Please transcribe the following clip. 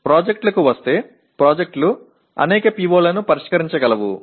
ప్రాజెక్టులకు వస్తే ప్రాజెక్టులు అనేక POలను పరిష్కరించగలవు